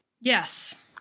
Yes